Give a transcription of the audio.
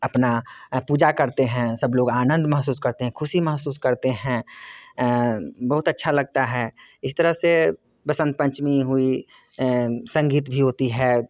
अपनी पूजा करते हैं सब लोग आनंद महसूस करते हैं खुशी महसूस करते हैं बहुत अच्छा लगता है इस तरह से बसंत पंचमी हुई संगीत भी होता है